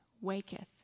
waketh